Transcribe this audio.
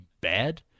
bad